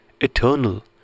eternal